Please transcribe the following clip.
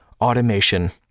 automation